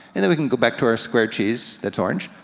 and then we can go back to our square cheese that's orange,